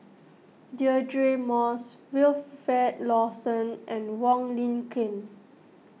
Deirdre Moss Wilfed Lawson and Wong Lin Ken